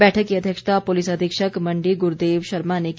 बैठक की अध्यक्षता पुलिस अधीक्षक मंडी गुरदेव शर्मा ने की